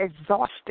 exhausted